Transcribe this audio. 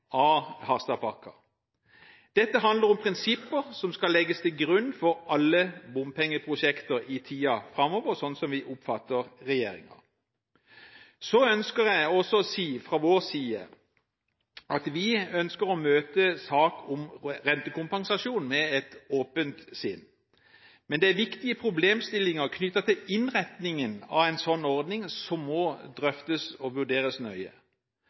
Dette handler om prinsipper som skal legges til grunn for alle bompengeprosjekter i tiden framover, slik som vi oppfatter regjeringen. Så ønsker jeg også å si at vi fra vår side ønsker å møte saken om rentekompensasjon med et åpent sinn, men det er viktige problemstillinger knyttet til innretningen av en slik ordning som må drøftes og vurderes nøye,